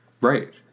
Right